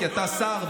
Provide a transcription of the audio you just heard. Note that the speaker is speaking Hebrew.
כי אתה שר,